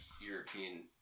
European